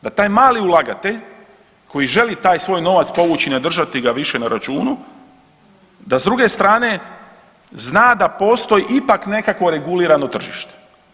Da taj mali ulagatelj koji želi taj svoj novac povući, ne držati ga više na računu, da s druge strane, zna da postoji ipak neko regulirano tržište.